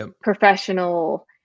Professional